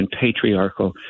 patriarchal